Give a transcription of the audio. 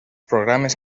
programes